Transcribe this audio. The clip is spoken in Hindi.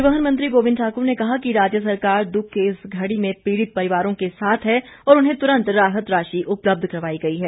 परिवहन मंत्री गोविंद ठाकुर ने कहा कि राज्य सरकार दुख की इस घड़ी में पीड़ित परिवारों के साथ है और उन्हें त्रंत राहत राशि उपलब्ध करवाई गई है